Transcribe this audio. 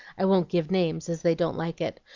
i won't give names, as they don't like it,